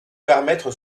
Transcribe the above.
permettre